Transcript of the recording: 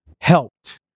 helped